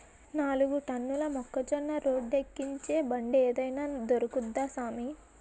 నాలుగు టన్నుల మొక్కజొన్న రోడ్డేక్కించే బండేదైన దొరుకుద్దా సామీ